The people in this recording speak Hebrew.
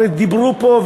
הרי דיברו פה,